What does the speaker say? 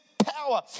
Power